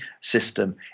system